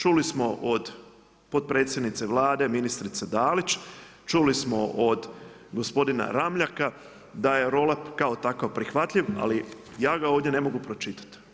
Čuli smo od potpredsjednice Vlade ministrice Dalić, čuli smo od gospodina Ramljaka, da je roll up kao takav prihvatljiv, ali ja ga ovdje ne mogu pročitati.